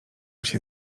się